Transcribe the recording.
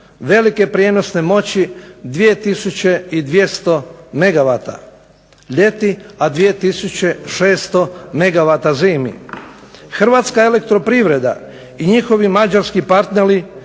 Velike prijenosne moći 2200 megavata ljeti, a 2600 megavata zimi. Hrvatska elektroprivreda i njihovi mađarski partneri